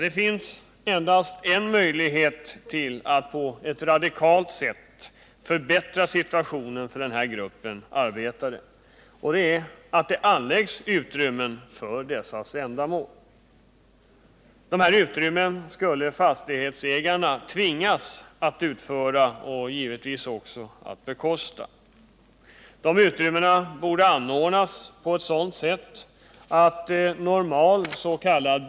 Det finns endast en möjlighet att på ett radikalt sätt förbättra situationen för denna grupp arbetare, och det är att det anläggs särskilda utrymmen för dessa ändamål. De utrymmena skulle fastighetsägarna tvingas att anordna och givetvis också bekosta. Utrymmena borde anordnas på ett sådant sätt att normals.k.